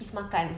is makan